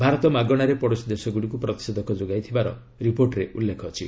ଭାରତ ମାଗଣାରେ ପଡ଼ୋଶୀ ଦେଶଗୁଡ଼ିକୁ ପ୍ରତିଷେଧକ ଯୋଗାଇଥିବାର ରିପୋର୍ଟରେ ଉଲ୍ଲେଖ ରହିଛି